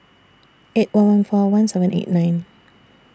eight one one four one seven eight nine